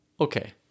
okay